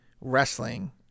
wrestling